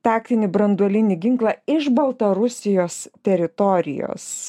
taktinį branduolinį ginklą iš baltarusijos teritorijos